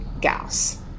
gas